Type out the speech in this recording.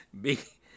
Big